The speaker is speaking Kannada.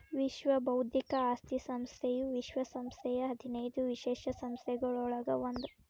ವಿಶ್ವ ಬೌದ್ಧಿಕ ಆಸ್ತಿ ಸಂಸ್ಥೆಯು ವಿಶ್ವ ಸಂಸ್ಥೆಯ ಹದಿನೈದು ವಿಶೇಷ ಸಂಸ್ಥೆಗಳೊಳಗ ಒಂದ್